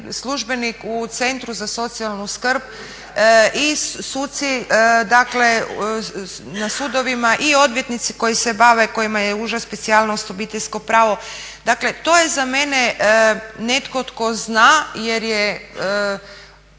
službenik u Centru za socijalnu skrb i suci, dakle na sudovima i odvjetnici koji se bave, kojima je uža specijalnost Obiteljsko pravo. Dakle, to je za mene netko tko zna jer je